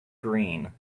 green